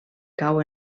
cau